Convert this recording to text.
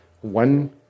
one